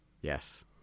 Yes